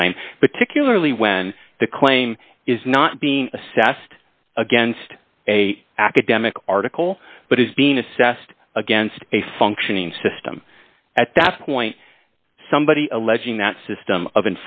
claim particularly when the claim is not being assessed against a academic article but is being assessed against a functioning system at that point somebody alleging that system of